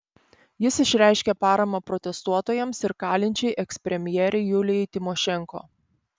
jis išreiškė paramą protestuotojams ir kalinčiai ekspremjerei julijai tymošenko